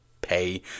pay